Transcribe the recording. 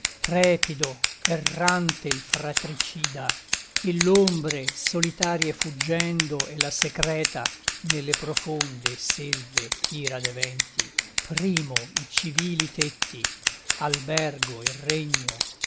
trepido errante il fratricida e l'ombre solitarie fuggendo e la secreta nelle profonde selve ira de venti primo i civili tetti albergo e regno